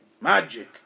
magic